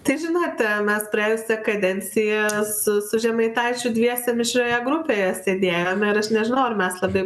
tai žinote mes praėjusią kadenciją su su žemaitaičiu dviese mišrioje grupėje sėdėjome ir aš nežinau ar mes labai